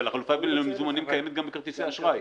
אבל החלופה למזומנים קיימת גם בכרטיסי האשראי.